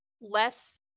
less